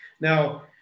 Now